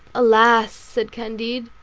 alas! said candide,